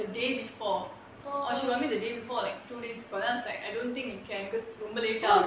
on the day before or she want me the day before or like two days but I was like I don't can because ரொம்ப:romba late ஆகும்:aagum